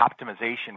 optimization